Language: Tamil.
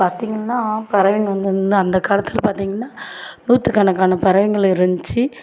பார்த்தீங்கன்னா பறவைங்கள் வந்து இந்த அந்த காலத்தில் பார்த்தீங்கன்னா நூற்றுக்கணக்கான பறவைகள் இருந்துச்சு